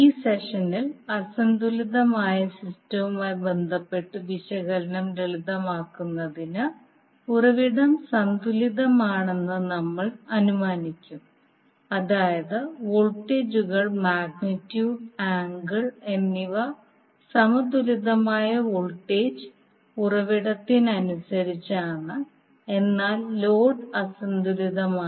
ഈ സെഷനിൽ അസന്തുലിതമായ സിസ്റ്റവുമായി ബന്ധപ്പെട്ട വിശകലനം ലളിതമാക്കുന്നതിന് ഉറവിടം സന്തുലിതമാണെന്ന് നമ്മൾ അനുമാനിക്കും അതായത് വോൾട്ടേജുകൾ മാഗ്നിറ്റ്യൂഡ് ആംഗിൾ എന്നിവ സമതുലിതമായ വോൾട്ടേജ് ഉറവിടത്തിനനുസരിച്ചാണ് എന്നാൽ ലോഡ് അസന്തുലിതമാണ്